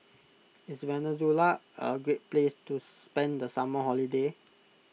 is Venezuela a great place to spend the summer holiday